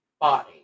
body